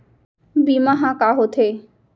बीमा ह का होथे?